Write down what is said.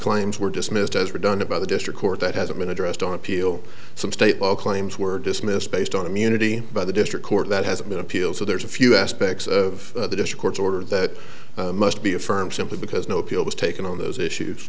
claims were dismissed as redundant by the district court that hasn't been addressed on appeal some state law claims were dismissed based on immunity by the district court that hasn't been appealed so there's a few aspects of the dish court's order that must be affirmed simply because no appeal was taken on those issues